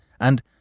and